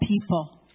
people